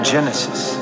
Genesis